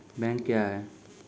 Bank क्या हैं?